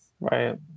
Right